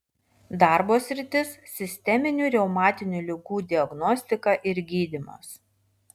darbo sritis sisteminių reumatinių ligų diagnostika ir gydymas